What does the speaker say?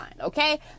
Okay